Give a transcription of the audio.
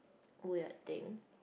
weird thing